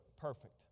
perfect